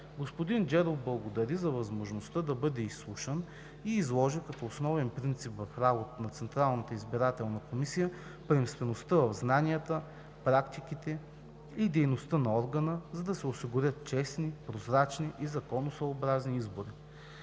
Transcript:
Господин Джеров благодари за възможността да бъде изслушан и изложи като основен принцип в работата на Централната избирателна комисия приемствеността в знанията, практиките и дейността на органа, за да се осигурят честни, прозрачни и законосъобразни избори.